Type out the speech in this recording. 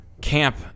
Camp